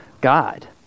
God